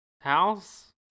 house